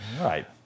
Right